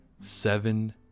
Seven